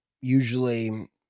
usually